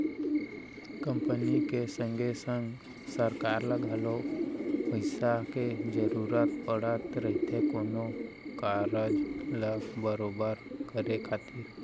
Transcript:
company के संगे संग सरकार ल घलौ पइसा के जरूरत पड़त रहिथे कोनो कारज ल बरोबर करे खातिर